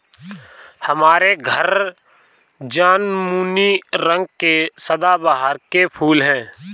हमारे घर जामुनी रंग के सदाबहार के फूल हैं